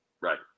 Right